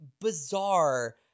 bizarre